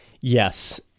Yes